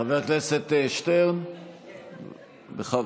חבר הכנסת שטרן, בכבוד.